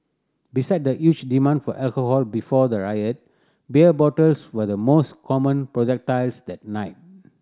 beside the huge demand for alcohol before the riot beer bottles were the most common projectiles that night